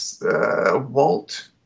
Walt